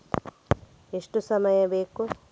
ಎಷ್ಟು ಸಮಯ ಬೇಕು?